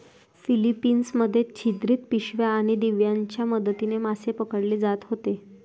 Philippines मध्ये छिद्रित पिशव्या आणि दिव्यांच्या मदतीने मासे पकडले जात होते